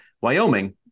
Wyoming